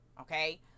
Okay